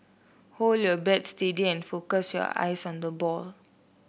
hold your bat steady and focus your eyes on the ball